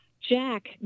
Jack